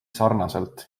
sarnaselt